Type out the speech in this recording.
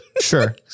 Sure